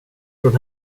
från